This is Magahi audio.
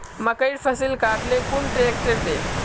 मकईर फसल काट ले कुन ट्रेक्टर दे?